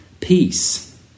peace